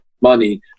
money